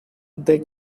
they